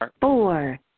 Four